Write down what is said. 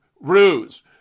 ruse